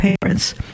parents